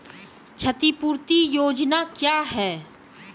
क्षतिपूरती योजना क्या हैं?